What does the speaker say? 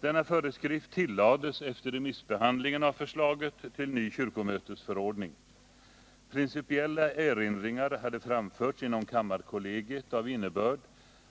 Denna föreskrift tillades efter remissbehandlingen av förslaget till ny kyrkomötesförordning. Principiella erinringar hade framförts inom kammarkollegiet av innebörd